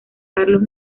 carlos